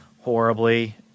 horribly